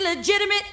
Legitimate